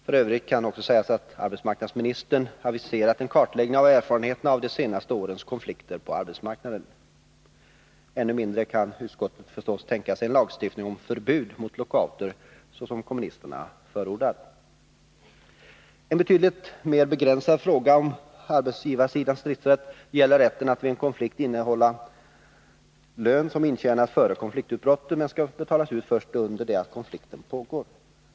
F. ö. kan nämnas att arbetsmarknadsministern har aviserat en kartläggning av erfarenheterna av de senaste årens konflikter på arbetsmarknaden. Ännu mindre kan utskottet naturligtvis tänka sig en lagstiftning om förbud mot lockouter, såsom kommunisterna förordar. En betydligt mer begränsad fråga om arbetsgivarsidans stridsrätt gäller rätten att vid en konflikt innehålla lön som intjänats före konfliktutbrottet men som skall betalas ut först under det att konflikten pågår.